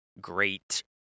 great